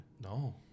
No